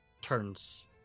turns